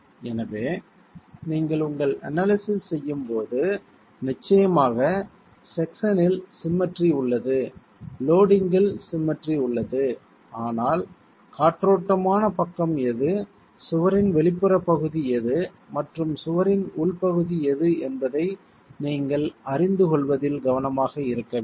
எனவே நீங்கள் உங்கள் அனாலிசிஸ் செய்யும் போது நிச்சயமாக செக்ஷனில் சிம்மெட்ரி உள்ளது லோடிங்கில் சிம்மெட்ரி உள்ளது ஆனால் காற்றோட்டமான பக்கம் எது சுவரின் வெளிப்புற பகுதி எது மற்றும் சுவரின் உள் பகுதி எது என்பதை நீங்கள் அறிந்துகொள்வதில் கவனமாக இருக்க வேண்டும்